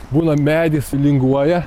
būna medis linguoja